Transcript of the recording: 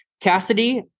Cassidy